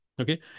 Okay